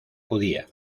judía